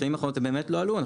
בשנים האחרונות הם באמת לא עלו.